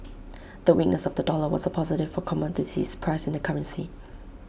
the weakness of the dollar was A positive for commodities priced in the currency